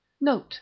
Note